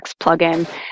plugin